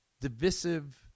divisive